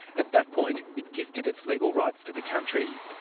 at that point, it gifted its legal rights to the country,